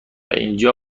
اینجا